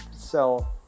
sell